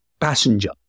passenger